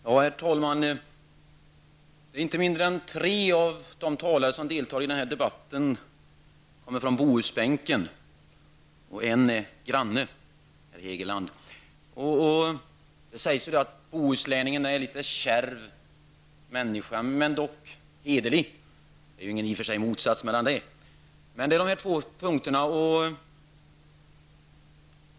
Herr talman! Inte mindre än tre av de talare som deltar i den här debatten kommer från Bohusbänken, och en är granne till mig, herr Hegeland. Det sägs att bohuslänningen är en litet kärv människa, men dock hederlig -- det ligger i och för sig ingen motsättning i det.